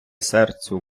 серцю